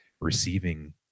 receiving